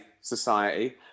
society